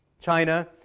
China